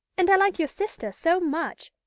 and i like your sister so much.